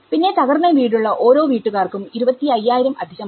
പിന്നെ തകർന്ന വീടുള്ള ഓരോ വീട്ടുകാർക്കും 25000 അധികമായി